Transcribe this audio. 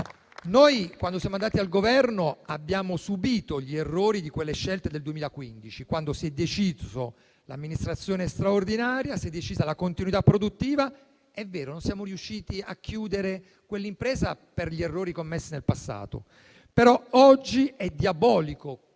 Noi, quando siamo andati al Governo, abbiamo subìto gli errori di quelle scelte del 2015, quando si è decisa l'amministrazione straordinaria e la continuità produttiva. È vero, non siamo riusciti a chiudere quell'impresa per gli errori commessi nel passato, però oggi è diabolico